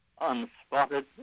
unspotted